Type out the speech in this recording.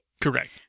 Correct